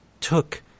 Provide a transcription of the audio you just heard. took